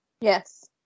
Yes